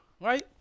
right